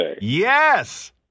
Yes